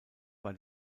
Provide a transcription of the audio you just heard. war